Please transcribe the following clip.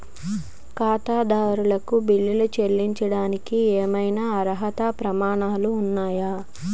ఖాతాదారులకు బిల్లులు చెల్లించడానికి ఏవైనా అర్హత ప్రమాణాలు ఉన్నాయా?